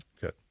Good